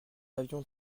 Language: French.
avions